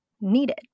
needed